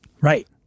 Right